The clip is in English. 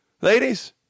ladies